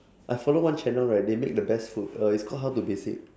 I follow one channel right they make the best food it's called how to basic